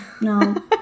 No